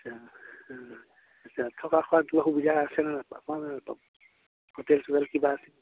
আচ্ছা আচ্ছা থকা খোৱা কিবা সুবিধা আছে ন হোটেল চোটেল কিবা